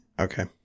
Okay